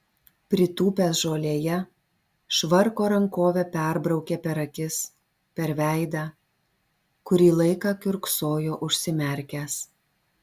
pritūpęs žolėje švarko rankove perbraukė per akis per veidą kurį laiką kiurksojo užsimerkęs